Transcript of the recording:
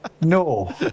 No